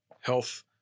health